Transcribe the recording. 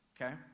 okay